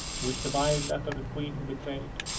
will survive that of the queen who betrayed,